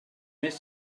més